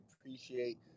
appreciate